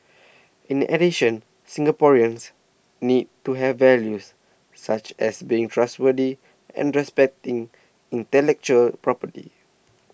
in addition Singaporeans need to have values such as being trustworthy and respecting intellectual property